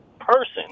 person